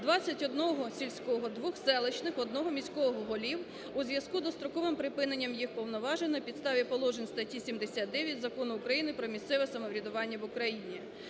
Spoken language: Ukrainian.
21 сільського, 2 селищних, 1 міського голів у зв'язку з достроковим припиненням їх повноважень на підставі положень статті 79 Закону України "Про місцеве самоврядування в Україні".